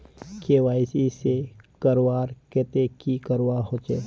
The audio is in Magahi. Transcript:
के.वाई.सी करवार केते की करवा होचए?